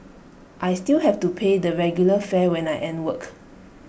I still have to pay the regular fare when I end work